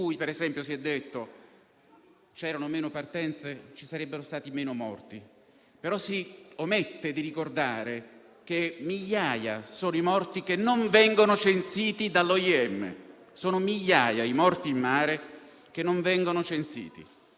era immediato). È chiaro che le persone marginalizzate non potessero far altro, nell'irregolarità, che trovare sfruttatori e rivolgersi alla criminalità. Lo dicevamo due anni fa. Benvenuti.